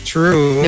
True